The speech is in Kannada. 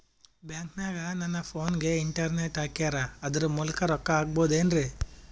ಬ್ಯಾಂಕನಗ ನನ್ನ ಫೋನಗೆ ಇಂಟರ್ನೆಟ್ ಹಾಕ್ಯಾರ ಅದರ ಮೂಲಕ ರೊಕ್ಕ ಹಾಕಬಹುದೇನ್ರಿ?